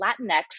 Latinx